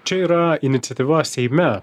čia yra iniciatyva seime